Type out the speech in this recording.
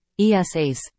ESAs